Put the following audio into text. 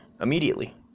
immediately